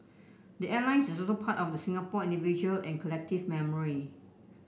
the airline is also part of the Singapore individual and collective memory